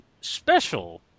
special